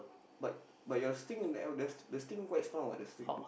but but your sting in the eldest the sting quite strong what the sting